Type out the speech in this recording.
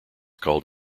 called